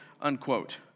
unquote